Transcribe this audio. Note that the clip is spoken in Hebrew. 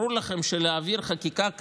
ברור לכם שלהעביר חקיקה כזאת,